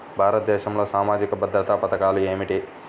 భారతదేశంలో సామాజిక భద్రతా పథకాలు ఏమిటీ?